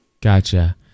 Gotcha